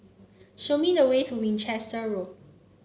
show me the way to Winchester Road